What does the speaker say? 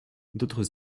d’autres